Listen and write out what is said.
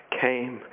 came